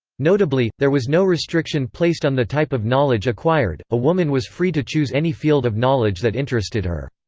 notably, there was no restriction placed on the type of knowledge acquired a woman was free to choose any field of knowledge that interested her.